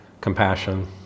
compassion